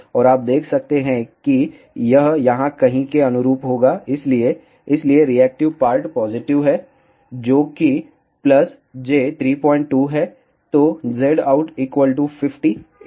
और आप देख सकते हैं कि यह यहाँ कहीं के अनुरूप होगा इसलिए इसलिए रिएक्टिव पार्ट पॉजिटिव है जो कि j32 है